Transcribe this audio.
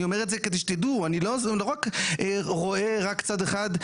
אני אומר את זה שתדעו אני לא רק רואה צד אחד.